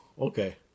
okay